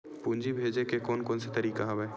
पूंजी भेजे के कोन कोन से तरीका हवय?